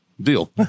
deal